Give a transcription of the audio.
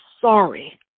sorry